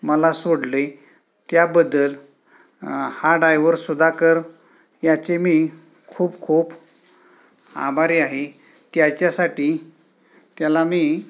मला सोडले त्याबद्दल हा डायव्हर सुदाकर याचे मी खूप खूप आभारी आहे त्याच्यासाठी त्याला मी